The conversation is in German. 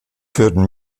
führten